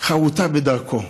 חרוטה בדרכו.